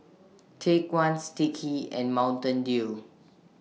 Take one Sticky and Mountain Dew